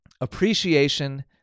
appreciation